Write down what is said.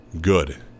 good